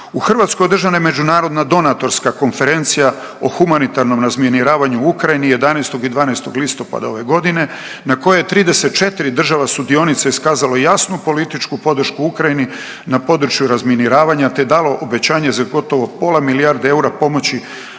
U Hrvatskoj održana je i međunarodna donatorska konferencija o humanitarnom razminiravanju u Ukrajini 11. i 12. listopada ove godine, na koje 34 država sudionica iskazalo jasnu političku podršku Ukrajini na području razminiravanja te dalo obećanje za gotovo pola milijarde eura pomoći